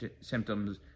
symptoms